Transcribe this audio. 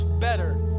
better